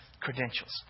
credentials